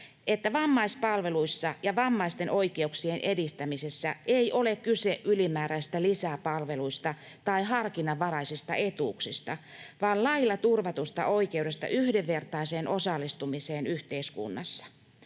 että vammaispalveluissa ja vammaisten oikeuksien edistämisessä ei ole kyse ylimääräisistä lisäpalveluista tai harkinnanvaraisista etuuksista vaan lailla turvatusta oikeudesta yhdenvertaiseen osallistumiseen yhteiskunnassa.